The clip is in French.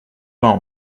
vingt